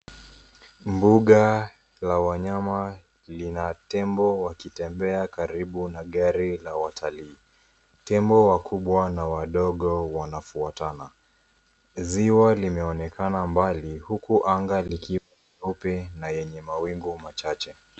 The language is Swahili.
Mbuga la wanyama lina tembo wakitembea karibu na gari la watalii. Tembo wakubwa na wadogo wanafuatana. Ziwa limeonekana mbali huku anga likiwa nyeupe na yenye mawingu machache.